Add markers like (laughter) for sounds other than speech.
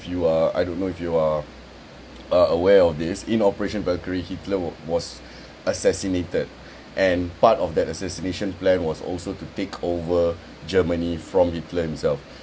you are I don't know if you are are (noise) aware of this in operation valkyrie hitler wa~ was assassinated and part of that assassination plan was also to take over germany from hitler himself